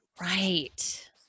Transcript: Right